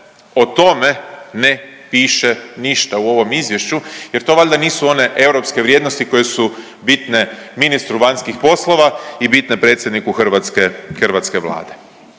o tome ne piše ništa u ovom izvješću jer to valjda nisu one europske vrijednosti koje su bitne ministru vanjskih poslova i bitne predsjedniku hrvatske Vlade.